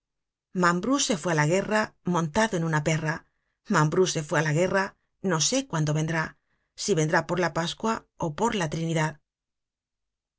mambrú se fué ú la guerra montado en una perra mambrú se fué á la guerra no sé cuándo vendrá si vendrá por la pascua ó por la trinidad